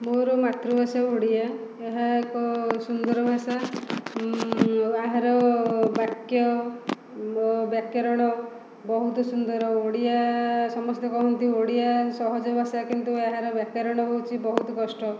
ମୋର ମାତୃଭାଷା ଓଡ଼ିଆ ଏହା ଏକ ସୁନ୍ଦର ଭାଷା ଏହାର ବାକ୍ୟ ବ୍ୟାକରଣ ବହୁତ ସୁନ୍ଦର ଓଡ଼ିଆ ସମସ୍ତେ କହନ୍ତି ଓଡ଼ିଆ ସହଜ ଭାଷା କିନ୍ତୁ ଏହାର ବ୍ୟାକରଣ ହେଉଛି ବହୁତ କଷ୍ଟ